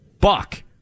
Buck